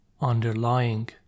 underlying